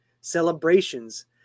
celebrations